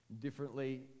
differently